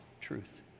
truth